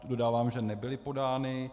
Dodávám, že nebyly podány.